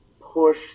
push